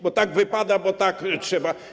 Bo tak wypada, bo tak trzeba.